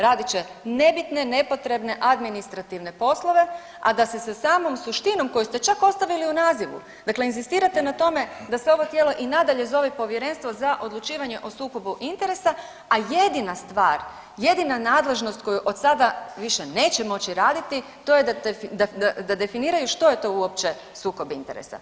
Radit će nebitne, nepotrebne administrativne poslove, a da se sa samom suštinom koju ste čak ostavili u nazivu, dakle inzistirate na tome da se ovo tijelo i nadalje zove Povjerenstvo za odlučivanje o sukobu interesa, a jedina stvar, jedina nadležnost koju od sada više neće moći raditi, to je da definiraju što je to uopće sukob interesa.